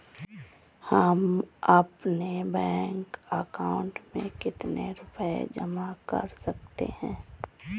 हम अपने bank account में कितने रुपये जमा कर सकते हैं?